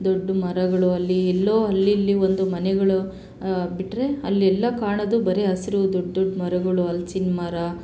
ದೊಡ್ಡ ಮರಗಳು ಅಲ್ಲಿ ಎಲ್ಲೋ ಅಲ್ಲಿ ಇಲ್ಲಿ ಒಂದು ಮನೆಗಳು ಬಿಟ್ಟರೆ ಅಲ್ಲಿ ಎಲ್ಲ ಕಾಣೋದು ಬರೀ ಹಸಿರು ದೊಡ್ಡ ದೊಡ್ಡ ಮರಗಳು ಹಲ್ಸಿನ ಮರ